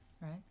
right